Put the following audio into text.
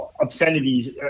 obscenities